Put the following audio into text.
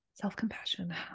self-compassion